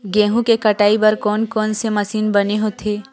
गेहूं के कटाई बर कोन कोन से मशीन बने होथे?